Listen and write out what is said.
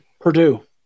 Purdue